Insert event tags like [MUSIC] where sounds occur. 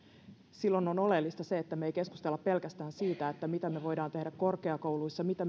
silloin on oleellista se että me emme keskustele pelkästään siitä mitä voidaan tehdä korkeakouluissa mitä [UNINTELLIGIBLE]